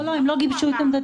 לא, הם לא גיבשו את עמדתם.